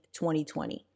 2020